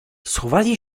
schowali